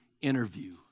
interview